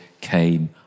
came